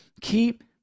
keep